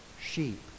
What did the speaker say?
sheep